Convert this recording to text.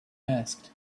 asked